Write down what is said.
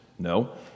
No